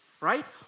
right